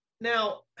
now